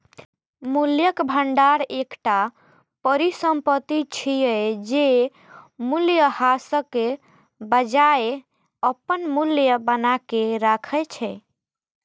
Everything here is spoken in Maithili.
मूल्यक भंडार एकटा परिसंपत्ति छियै, जे मूल्यह्रासक बजाय अपन मूल्य बनाके राखै छै